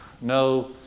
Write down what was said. No